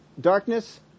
darkness